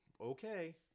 Okay